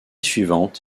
suivante